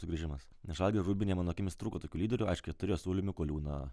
sugrįžimas nes žalgirio rūbinėje mano akimis trūko tų lyderių aišku turėjo saulių mikoliūną